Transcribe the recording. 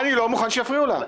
אני לא מוכן שיפריעו לה.